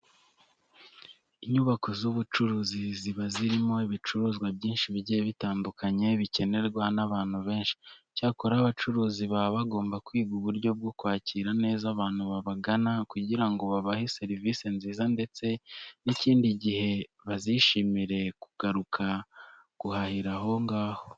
Inyubako z'ubucuruzi ziba zirimo ibicuruzwa byinshi bigiye bitandukanye bikenerwa n'abantu benshi. Icyakora abacuruzi baba bagomba kwiga uburyo bwo kwakira neza abantu babagana kugira ngo babahe serivise nziza ndetse n'ikindi gihe bazishimire kugaruka guhahira aho ngaho.